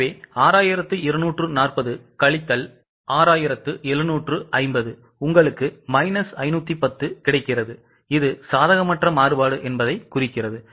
எனவே 6240 கழித்தல் 6750 உங்களுக்கு மைனஸ் 510 கிடைக்கிறது இது சாதகமற்ற மாறுபாடு என்பதைக் குறிக்கிறது